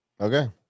Okay